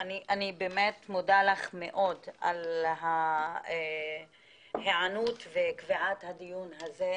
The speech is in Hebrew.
אני באמת מודה לך מאוד על ההיענות וקביעת הדיון הזה,